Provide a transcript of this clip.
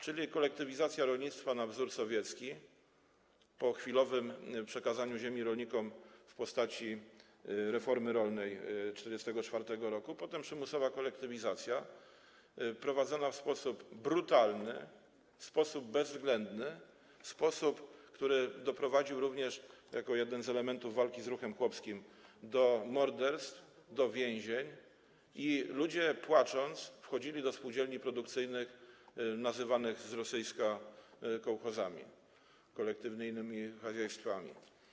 Czyli kolektywizacja rolnictwa na wzór sowiecki po chwilowym przekazaniu ziemi rolnikom w postaci reformy rolnej 1944 r., potem przymusowa kolektywizacja prowadzona w brutalny sposób, bezwzględny sposób, który doprowadził, również jako jeden z elementów walki z ruchem chłopskim, do morderstw, do więzień, i ludzie, płacząc, wchodzili do spółdzielni produkcyjnych nazywanych z rosyjska kołchozami, kolektywnymi chaziajstwami.